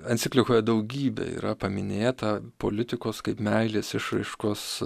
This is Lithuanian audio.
enciklikoje daugybė yra paminėta politikos kaip meilės išraiškos